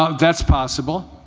ah that's possible.